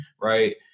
right